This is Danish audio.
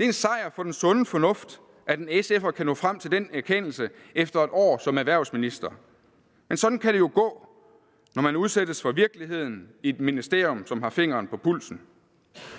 er en sejr for den sunde fornuft, at en SF'er kan nå frem til den erkendelse efter et år som erhvervsminister. Men sådan kan det gå, når man udsættes for virkeligheden i et ministerium, som har fingeren på pulsen.